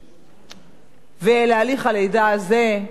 ולהליך הלידה הזה אני עוד אחזור.